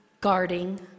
guarding